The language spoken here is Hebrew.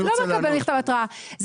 הוא לא מקבל מכתב התראה.